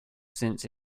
since